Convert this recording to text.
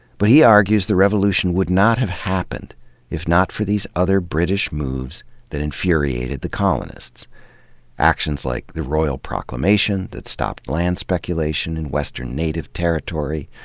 but he argues the revolution would not have happened if not for these other british moves that infuriated the colonists actions like the royal proclamation that stopped land speculation in western native territory,